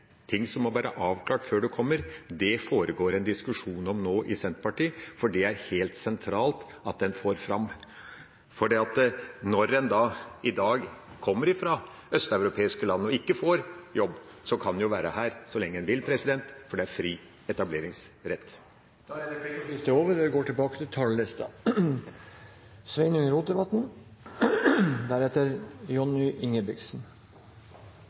ting som må være avklart før en kommer, foregår det en diskusjon om i Senterpartiet nå. Det er det helt sentralt at en får fram, for når en i dag kommer fra et østeuropeisk land og ikke får jobb, kan en jo være her så lenge en vil – fordi det er fri etableringsrett. Replikkordskiftet er omme. Det har vore ein turbulent budsjetthaust på Stortinget. Det er i og